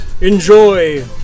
Enjoy